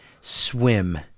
swim